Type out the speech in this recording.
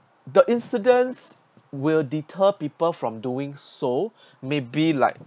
the incidents will deter people from doing so maybe like